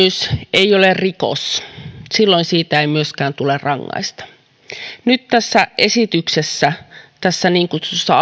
ei ole rikos silloin siitä ei myöskään tule rangaista nyt tässä esityksessä tässä niin kutsutussa